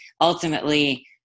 ultimately